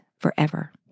forever